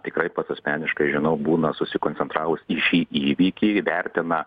tikrai pats asmeniškai žinau būna susikoncentravus į šį įvykį įvertina